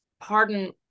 pardon